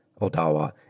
Odawa